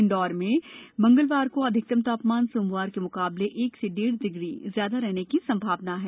इंदौर में मंगलवार को अधिकतम तापमान सोमवार के म्काबले एक से डेढ़ डिग्री ज्यादा रहने की संभावना है